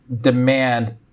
demand